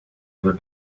other